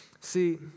See